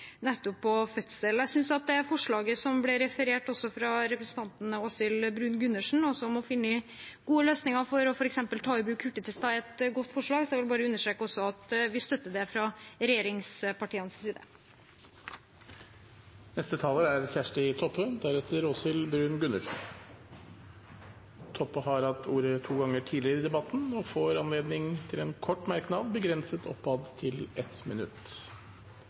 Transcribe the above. nettopp under fødsel. Jeg synes forslaget representanten Åshild Bruun-Gundersen refererte, om å finne gode løsninger for f.eks. å ta i bruk hurtigtester, er et godt forslag, så jeg vil bare understreke at vi støtter det fra regjeringspartienes side. Kjersti Toppe har hatt ordet to ganger tidligere og får ordet til en kort merknad, begrenset til 1 minutt.